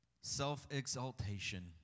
Self-exaltation